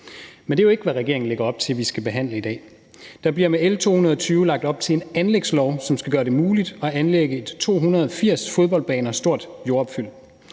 Men det er jo ikke, hvad regeringen lægger op til at vi skal behandle i dag. Der bliver med L 220 lagt op til en anlægslov, som skal gøre det muligt at anlægge et 280 fodboldbaner stort jordopfyld,